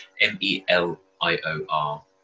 m-e-l-i-o-r